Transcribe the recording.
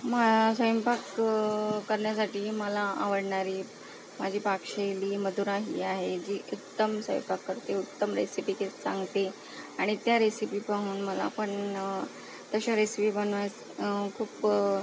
माझा स्वैंपाक करण्यासाठी मला आवडणारी माझी पाकशैली मदुरा ही आहे जी उत्तम स्वैंपाक करते उत्तम रेसिपीके सांगते आणि त्या रेसिपी पाहून मला पण तशा रेसिपी बनवायस खूप